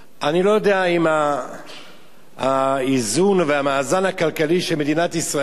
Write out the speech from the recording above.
אני לא יודע אם האיזון והמאזן הכלכלי של מדינת ישראל